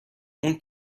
اون